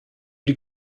die